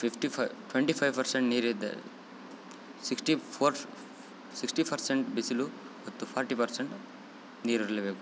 fifty five twenty five percent ನೀರು ಇದೆ sixty four ಫ್ ಸಿಕ್ಸ್ಟಿ ಫರ್ಸೆಂಟ್ ಬಿಸಿಲು ಮತ್ತು ಫಾರ್ಟಿ ಪರ್ಸೆಂಟ್ ನೀರು ಇರಲೇ ಬೇಕು